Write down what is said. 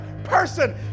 Person